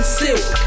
silk